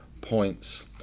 points